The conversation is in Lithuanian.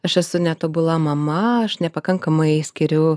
aš esu netobula mama aš nepakankamai skiriu